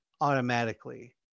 automatically